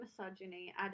misogyny